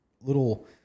little